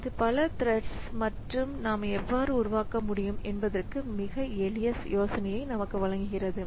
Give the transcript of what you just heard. இது பல த்ரெட்ஸ் நாம் எவ்வாறு உருவாக்க முடியும் என்பதற்கு மிக எளிய யோசனையை நமக்கு வழங்குகிறது